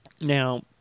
Now